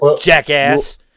jackass